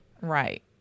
Right